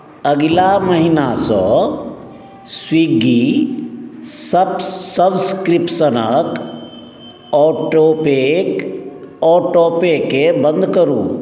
अगिला महिनासँ Swiggy subs सब्सक्रिप्सनक ऑटोपेक ऑटोपेके बन्द करू